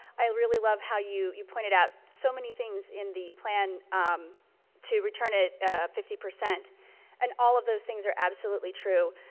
i really love how you, you pointed out so many things in the plan to return at fifty percent and all of those things are absolutely true.